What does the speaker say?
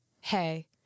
hey